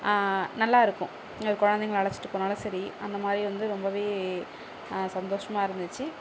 நல்லாயிருக்கும் குழந்தைங்கள அழைச்சிட்டு போனாலும் சரி அந்த மாதிரி வந்து ரொம்ப சந்தோஷமாக இருந்துச்சு